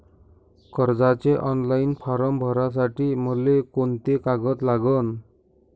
कर्जाचे online form भरासाठी मले कोंते कागद लागन?